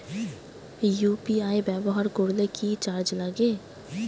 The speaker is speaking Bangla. ইউ.পি.আই ব্যবহার করলে কি চার্জ লাগে?